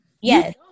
Yes